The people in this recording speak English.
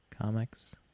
Comics